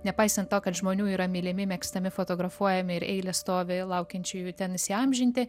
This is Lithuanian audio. nepaisant to kad žmonių yra mylimi mėgstami fotografuojami ir eilės stovi laukiančiųjų ten įsiamžinti